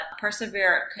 persevere